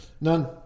None